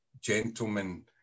gentlemen